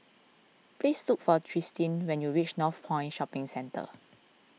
please look for Tristin when you reach Northpoint Shopping Centre